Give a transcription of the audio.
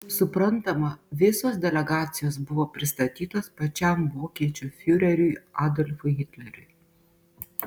suprantama visos delegacijos buvo pristatytos pačiam vokiečių fiureriui adolfui hitleriui